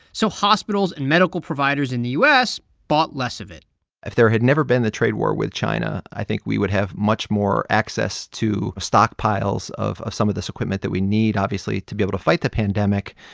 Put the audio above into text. so hospitals and medical providers in the u s. s. bought less of it if there had never been the trade war with china, i think we would have much more access to stockpiles of of some of this equipment that we need, obviously, to be able to fight the pandemic.